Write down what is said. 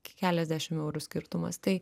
keliasdešim eurų skirtumas tai